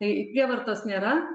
tai prievartos nėra